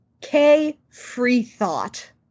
K-Free-Thought